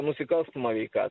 nusikalstama veika